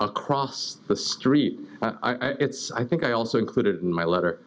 across the street i gets i think i also included in my letter